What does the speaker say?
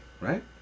right